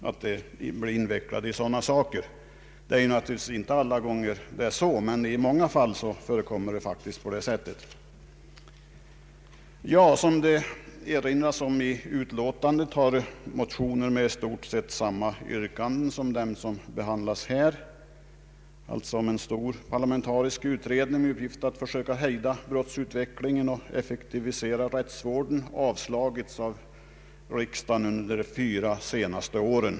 Alla gånger är det inte så, men sådana fall inträffar. Såsom det erinras om i utlåtandet har motioner med i stort sett samma yrkande som i de motioner som nu behandlas, alltså en stor parlamentarisk utredning med uppgift att försöka hejda brottsutvecklingen och = effektivisera rättsvården, avslagits av riksdagen under de fyra senaste åren.